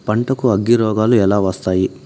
పంటకు అగ్గిరోగాలు ఎలా వస్తాయి?